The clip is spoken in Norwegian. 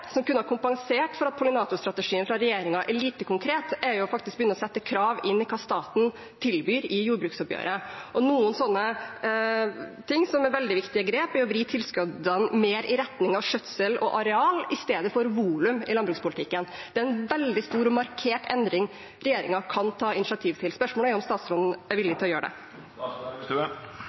som kunne kompensert for at pollinatorstrategien fra regjeringen er lite konkret, er å begynne å sette krav inn i hva staten tilbyr i jordbruksoppgjøret. Noen ting som er veldig viktige grep, er å vri tilskuddene i landbrukspolitikken mer i retning av skjøtsel og areal i stedet for volum. Det er en veldig stor og markert endring regjeringen kan ta initiativ til. Spørsmålet er om statsråden er villig til å gjøre det.